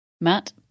Matt